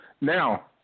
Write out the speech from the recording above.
Now